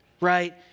right